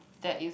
that is